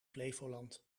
flevoland